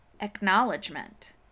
acknowledgement